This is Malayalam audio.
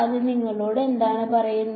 അത് നിങ്ങളോട് എന്താണ് പറയുന്നത്